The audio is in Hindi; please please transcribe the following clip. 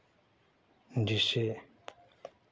जिससे